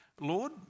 Lord